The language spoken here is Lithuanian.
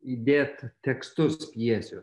įdėt tekstus pjesių